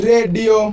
Radio